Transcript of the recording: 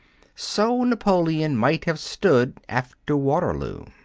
so napoleon might have stood after waterloo.